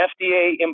FDA